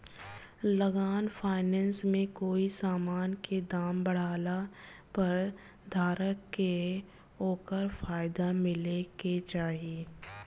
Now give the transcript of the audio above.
long finance में कोई समान के दाम बढ़ला पर धारक के ओकर फायदा मिले के चाही